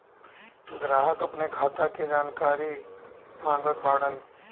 ग्राहक अपने खाते का जानकारी मागत बाणन?